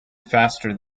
faster